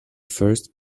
first